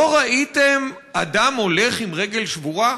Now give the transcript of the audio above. לא ראיתם אדם הולך עם רגל שבורה?